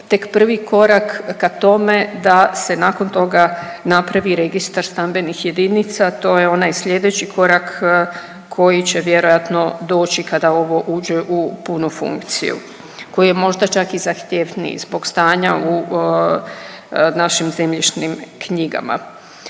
tek prvi korak ka tome da se nakon toga napravi Registar stambenih jedinica, a to je onaj slijedeći korak koji će vjerojatno doći kada ovo uđe u punu funkciju, koji je možda čak i zahtjevniji zbog stanja u našim zemljišnim knjigama.